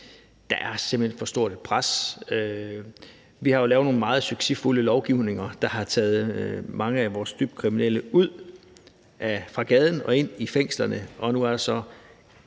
hen for stort et pres. Vi har jo lavet nogle meget succesfulde lovgivninger, der har taget mange af vores dybt kriminelle væk fra gaden og ind i fængslerne,